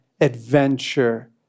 adventure